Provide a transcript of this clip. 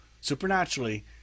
supernaturally